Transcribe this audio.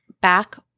back